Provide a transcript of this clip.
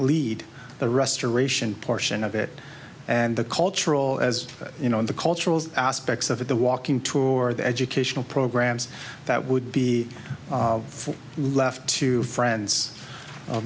lead the restoration portion of it and the cultural as you know the cultural aspects of it the walking tour the educational programs that would be for left to friends